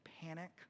panic